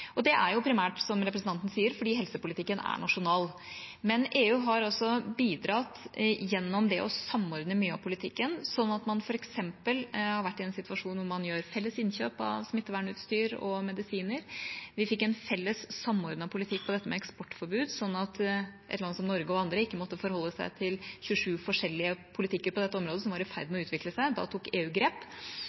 Og det er jo primært, som representanten sier, fordi helsepolitikken er nasjonal. Men EU har også bidratt gjennom å samordne mye av politikken, slik at man f.eks. har vært i en situasjon hvor man gjør felles innkjøp av smittevernutstyr og medisiner. Vi fikk en felles samordnet politikk på dette med eksportforbud, slik at et land som Norge, og andre, ikke måtte forholde seg til politikk fra 27 forskjellige stater på dette området, som var i ferd med å utvikle seg. Da tok EU grep.